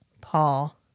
Paul